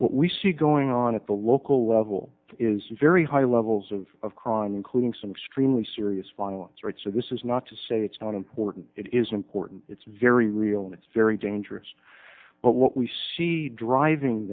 what we see going on at the local level is very high levels of of crime including some extremely serious violence right so this is not to say it's not important it is important it's very real and it's very dangerous but what we see driving